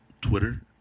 twitter